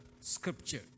scripture